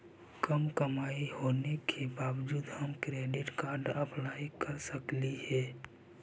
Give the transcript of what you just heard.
कम कमाई होने के बाबजूद हम क्रेडिट कार्ड ला अप्लाई कर सकली हे?